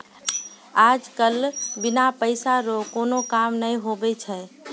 आज कल बिना पैसा रो कोनो काम नै हुवै छै